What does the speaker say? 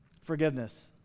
forgiveness